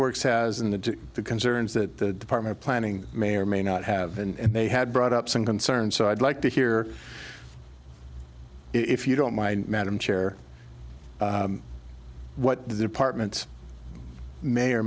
works has in the concerns that department planning may or may not have and they had brought up some concern so i'd like to hear if you don't mind madam chair what does apartments may or